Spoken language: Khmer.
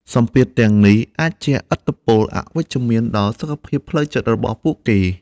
សម្ពាធទាំងនេះអាចជះឥទ្ធិពលអវិជ្ជមានដល់សុខភាពផ្លូវចិត្តរបស់ពួកគេ។